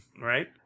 Right